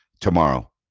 tomorrow